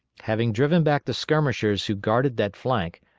having driven back the skirmishers who guarded that flank,